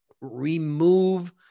remove